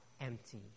empty